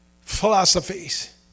philosophies